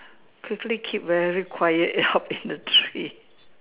quickly keep very quiet hop in the tree